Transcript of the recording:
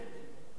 כלומר,